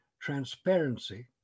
transparency